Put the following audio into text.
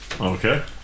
okay